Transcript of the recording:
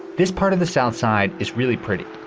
this part of the south side is really pretty,